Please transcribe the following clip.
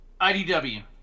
idw